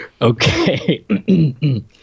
okay